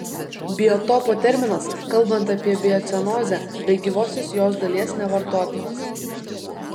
biotopo terminas kalbant apie biocenozę be gyvosios jos dalies nevartotinas